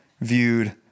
viewed